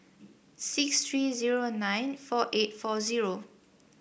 six three zero nine four eight four zero